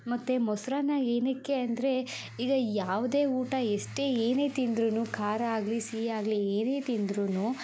ಮತ್ತು ಮೊಸರನ್ನ ಏನಕ್ಕೆ ಅಂದರೆ ಈಗ ಯಾವುದೇ ಊಟ ಎಷ್ಟೇ ಏನೇ ತಿಂದ್ರು ಖಾರ ಆಗಲಿ ಸಿಹಿಯಾಗಲಿ ಏನೇ ತಿಂದ್ರು